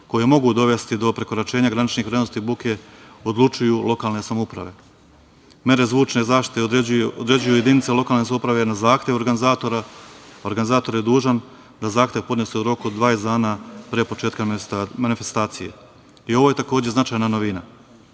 koji mogu dovesti do prekoračenja graničnih vrednosti buke odlučuju lokalne samouprave. Mere zvučne zaštite određuju jedinice lokalne samouprave na zahtev organizatora. Organizator je dužan da zahtev podnese u roku od 20 dana pre početka manifestacije i ovo je takođe značajna novina.